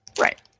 Right